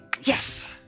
Yes